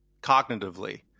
cognitively